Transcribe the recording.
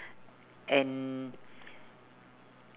and